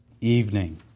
evening